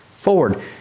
forward